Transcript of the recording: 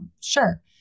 sure